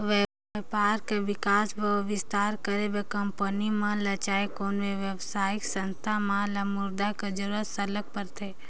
बयपार कर बिकास अउ बिस्तार करे बर कंपनी मन ल चहे कोनो बेवसायिक संस्था मन ल मुद्रा कर जरूरत सरलग परथे